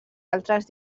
altres